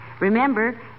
Remember